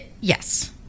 yes